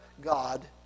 God